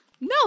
No